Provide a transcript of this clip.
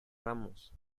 ramos